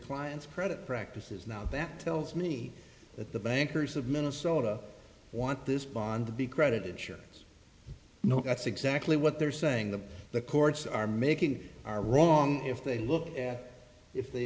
clients credit practices now that tells me that the bankers of minnesota want this bond the big credit insurance no that's exactly what they're saying that the courts are making are wrong if they look if they